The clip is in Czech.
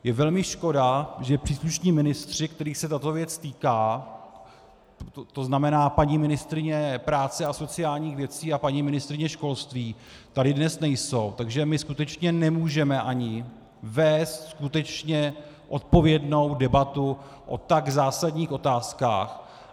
Je velmi škoda, že příslušní ministři, kterých se tato věc týká, tzn. paní ministryně práce a sociálních věcí a paní ministryně školství, tady dnes nejsou, takže skutečně ani nemůžeme vést odpovědnou debatu o tak zásadních otázkách.